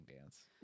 dance